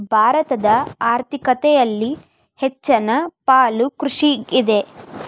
ಭಾರತದ ಆರ್ಥಿಕತೆಯಲ್ಲಿ ಹೆಚ್ಚನ ಪಾಲು ಕೃಷಿಗಿದೆ